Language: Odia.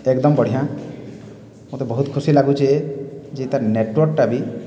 ଏକ୍ଦମ୍ ବଢ଼ିଆଁ ମତେ ବହୁତ୍ ଖୁସି ଲାଗୁଛେ ଯେ ତାର୍ ନେଟୱର୍କଟା ବି